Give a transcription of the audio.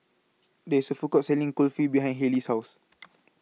There IS A Food Court Selling Kulfi behind Hayley's House